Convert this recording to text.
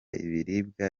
ibiribwa